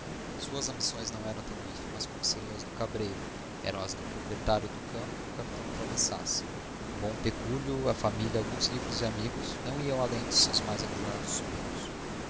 suas ambições não eram tão ínfimas como seriam as do cabreiro eram as do proprietário do campo que o capitão atravessasse um bom pecúlio a família alguns livros e amigos não iam além seus mais arrojados sonhos